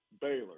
Baylor